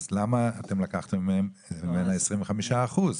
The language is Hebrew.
אז למה אתם לקחתם ממנה 25%?